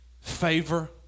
favor